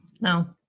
No